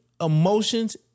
emotions